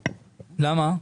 למה?